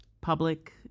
Public